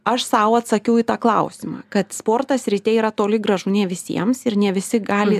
aš sau atsakiau į tą klausimą kad sportas ryte yra toli gražu ne visiems ir ne visi gali